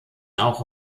auch